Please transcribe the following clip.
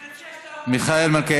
אני מציע שתעבור להצבעה.